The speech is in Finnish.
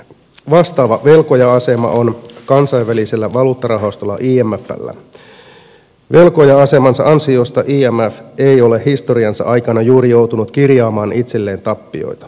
vastaava velkoja asema on kansainvälisellä valuuttarahastolla imfllä ja velkoja asemansa ansiosta imf ei ole historiansa aikana juuri joutunut kirjaamaan itselleen tappioita